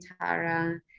Tara